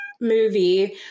movie